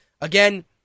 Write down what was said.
again